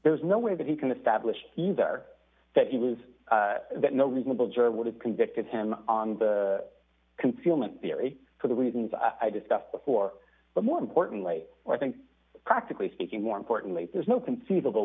there is no way that he can establish either that he was that no reasonable juror would have convicted him on the concealment theory for the reasons i discussed before but more importantly i think practically speaking more importantly there's no conceivable